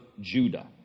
Judah